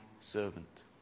servant